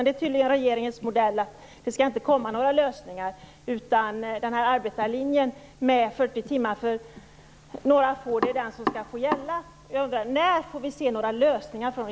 Det är tydligen regeringens modell att det inte skall komma några lösningar, utan arbetarlinjen med 40 timmar för några få skall få gälla. Jag undrar: